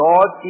God